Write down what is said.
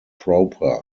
proper